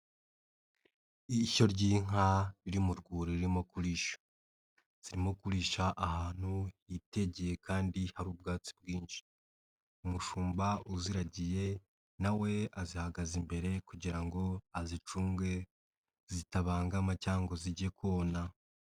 Ishyo ry'inka riri mu rwuri ririmo kurisha. Zirimo kurisha ahantu hitegeye kandi hari ubwatsi bwinshi. Umushumba uziragiye na we azihagaze imbere kugira ngo azicunge, zitabangama cyangwa ngo zijye kona.